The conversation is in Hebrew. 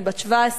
אני בת 17,